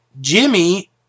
Jimmy